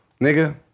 Nigga